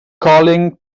calling